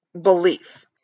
belief